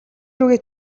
рүүгээ